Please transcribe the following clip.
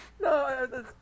no